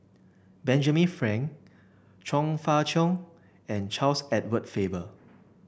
Benjamin Frank Chong Fah Cheong and Charles Edward Faber